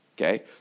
Okay